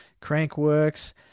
Crankworks